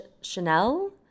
Chanel